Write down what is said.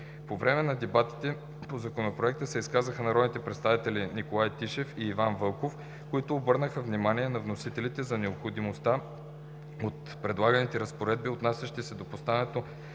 По време на дебатите по Законопроекта се изказаха народните представители Николай Тишев и Иван Вълков, които обърнаха внимание на вносителите за необходимостта от предлаганите разпоредби, отнасящи се до поставянето